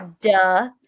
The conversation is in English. Duh